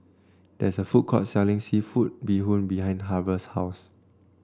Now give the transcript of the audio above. there is a food court selling seafood Bee Hoon behind Harve's house